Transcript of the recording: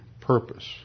purpose